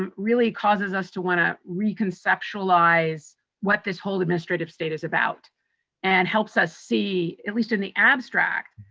really causes us to want to re-conceptualize what this whole administrative state is about and helps us see, at least in the abstract,